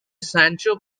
sancho